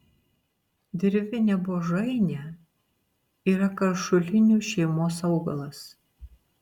dirvinė buožainė yra karšulinių šeimos augalas